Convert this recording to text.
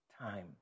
time